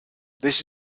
this